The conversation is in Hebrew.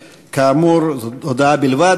כאמור, זו הודעה בלבד.